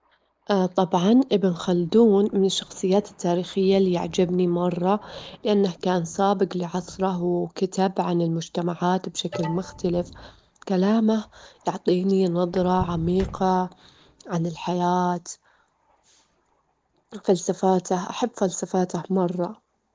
نعم، أشوف أن الفن يُحسن المجتمع؛ لأنه يعبر عن مشاعر الناس، ويشجعهم على التفكير والتعبير عن أنفسهم، الفن يجدر يكون وسيلة تغيير اجتماعي وثقافي، وسيلة مهمة جداً بالمجتمع.